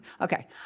Okay